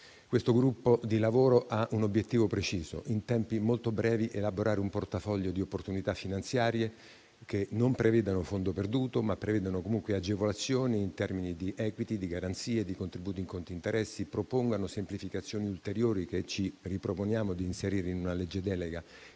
Questo gruppo di lavoro ha un obiettivo preciso: in tempi molto brevi elaborare un portafoglio di opportunità finanziarie che non prevedano fondo perduto, ma comunque agevolazioni in termini di *equity,* garanzie e contributi in conto interessi e che propongano semplificazioni ulteriori che ci riproponiamo di inserire in una legge delega